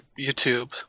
YouTube